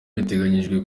biteganyijwe